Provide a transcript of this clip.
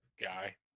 guy